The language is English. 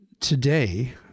Today